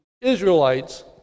Israelites